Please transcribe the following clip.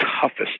toughest